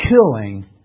Killing